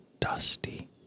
dusty